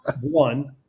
One